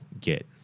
get